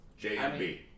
JMB